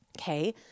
Okay